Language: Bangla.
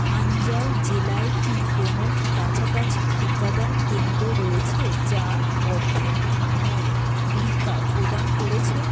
আনজাও জেলায় কি কোনও কাছাকাছি টিকাদান কেন্দ্র রয়েছে যা অর্থের বিনিময়ে টিকা প্রদান করেছে